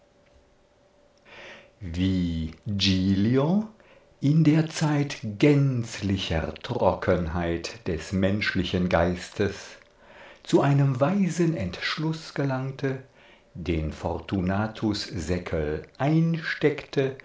wie giglio in der zeit gänzlicher trockenheit des menschlichen geistes zu einem weisen entschluß gelangte den fortunatussäckel einsteckte